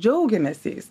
džiaugiamės jais